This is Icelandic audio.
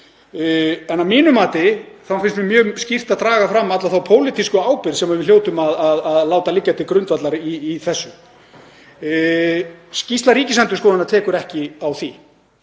en að mínu mati þá finnst mér mjög skýrt að draga fram alla þá pólitísku ábyrgð sem við hljótum að láta liggja til grundvallar í þessu. Skýrsla Ríkisendurskoðunar tekur ekki á því,